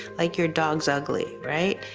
like your dog's ugly, right?